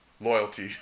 loyalty